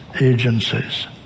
agencies